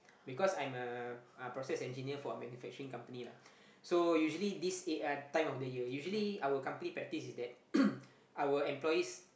because I'm a uh process engineer for a manufacturing company lah so usually this eh uh time of the year usually our company practice is that our employees